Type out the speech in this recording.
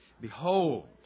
behold